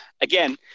again